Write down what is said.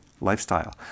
lifestyle